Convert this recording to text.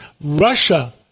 Russia